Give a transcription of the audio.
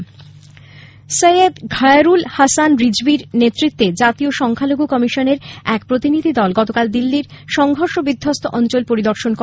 এদিকে সৈয়দ ঘায়েরুল হাসান রিজভির নেতৃত্বে জাতীয় সংখ্যালঘু কমিশনের এক প্রতিনিধি দল গতকাল দিল্লির সংঘর্ষ বিধ্বস্ত অঞ্চল পরিদর্শন করে